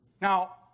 Now